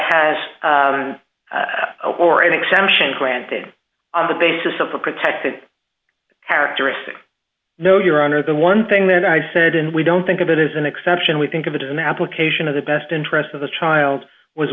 has or an exemption granted on the basis of a protected characteristic no your honor the one thing that i said and we don't think of it as an exception we think of it as an application of the best interest of the child was